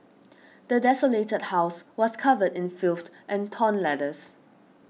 the desolated house was covered in filth and torn letters